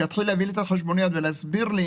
שיתחיל להביא לי את החשבוניות ולהסביר לי